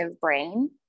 brain